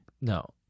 No